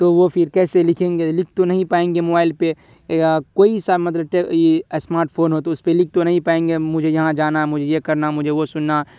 تو وہ پھر کیسے لکھیں گے لکھ تو نہیں پائیں گے موبائل پہ یا کوئی سا مطلب اسمارٹ فون ہو تو اس پہ لکھ تو نہیں پائیں گے مجھے یہاں جانا ہے مجھے یہ کرنا ہے مجھے وہ سننا